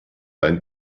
ein